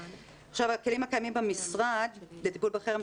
הכלים הקיימים במשרד לטיפול בחרם,